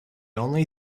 only